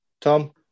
Tom